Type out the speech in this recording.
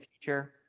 future